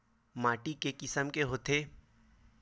माटी के किसम के होथे?